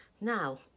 now